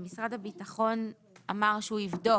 משרד הביטחון אמר שהוא יבדוק